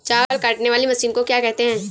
चावल काटने वाली मशीन को क्या कहते हैं?